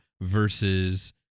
versus